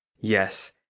yes